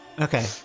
Okay